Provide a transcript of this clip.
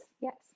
Yes